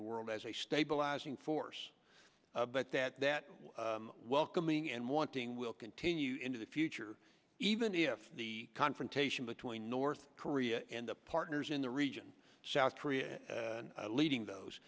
the world as a stabilizing force but that that welcoming and wanting will continue into the future even if the confrontation between north korea and the partners in the region south korea leading those